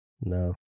No